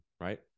right